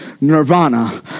nirvana